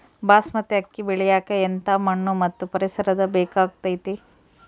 ಬಾಸ್ಮತಿ ಅಕ್ಕಿ ಬೆಳಿಯಕ ಎಂಥ ಮಣ್ಣು ಮತ್ತು ಪರಿಸರದ ಬೇಕಾಗುತೈತೆ?